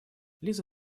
лиза